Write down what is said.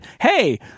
hey